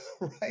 right